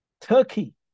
Turkey